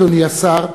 אדוני השר,